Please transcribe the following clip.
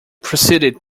proceeded